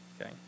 okay